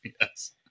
yes